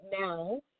now